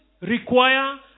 require